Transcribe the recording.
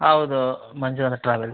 ಹೌದು ಮಂಜುನಾಥ್ ಟ್ರಾವೆಲ್ಸ್